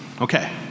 okay